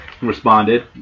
responded